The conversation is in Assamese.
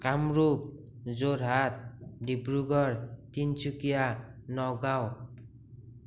কামৰূপ যোৰহাট ডিব্ৰুগড় তিনিচুকীয়া নগাঁও